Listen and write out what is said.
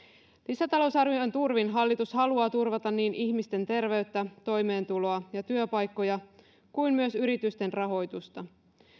lisätalousarvion turvin hallitus haluaa turvata niin ihmisten terveyttä toimeentuloa ja työpaikkoja kuin yritysten rahoitusta